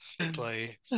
play